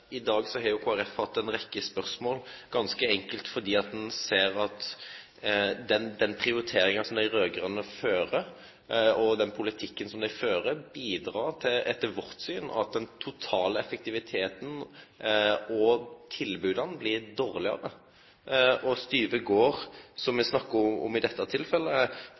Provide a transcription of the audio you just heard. i dag har Kristeleg Folkeparti hatt ei rekkje spørsmål, ganske enkelt fordi ein ser at den prioriteringa som dei raud-grøne har, og den politikken som dei fører, etter vårt syn bidreg til at den totale effektiviteten og tilboda blir dårlegare. Styve Gard, som me snakkar om i dette tilfellet,